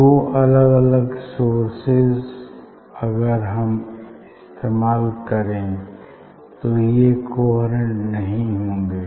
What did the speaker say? दो अलग सोर्सेज अगर हम इस्तेमाल करें तो ये कोहेरेंट नहीं होंगे